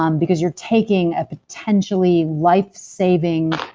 um because you're taking a potentially life-saving